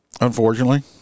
Unfortunately